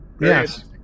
yes